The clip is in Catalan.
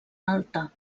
alta